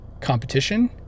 competition